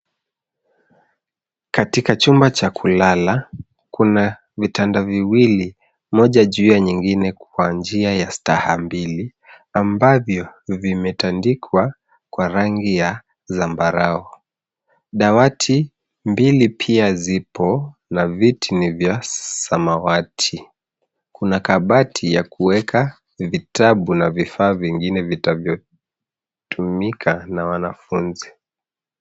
Katika chumba cha kulala, kuna vitanda viwili moja juu ya nyingine kwa njia ya staha mbili ambavyo vimetandikwa kwa rangi ya zambarau, dawati mbili pia zipo na viti ni vya samawati.